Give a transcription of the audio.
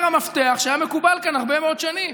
המפתח שהיה מקובל כאן הרבה מאוד שנים.